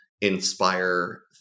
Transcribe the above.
inspire